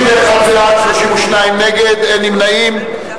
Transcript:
61 בעד, 32 נגד, אין נמנעים.